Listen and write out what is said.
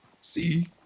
See